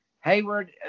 Hayward